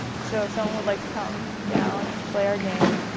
so if someone would like to come down and play our game.